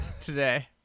today